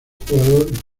jugador